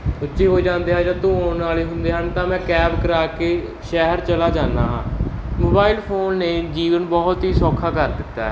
ਉੱਚੇ ਹੋ ਜਾਂਦੇ ਹਨ ਜਾਂ ਧੋਣ ਹੋਣ ਆਲੇ ਹੁੰਦੇ ਹਨ ਤਾਂ ਮੈਂ ਕੈਬ ਕਰਾ ਕੇ ਸ਼ਹਿਰ ਚਲਾ ਜਾਨਾ ਹਾਂ ਮੋਬਾਈਲ ਫੋਨ ਨੇ ਜੀਵਨ ਬਹੁਤ ਹੀ ਸੌਖਾ ਕਰ ਦਿੱਤਾ ਹੈ